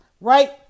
right